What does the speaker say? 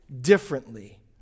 differently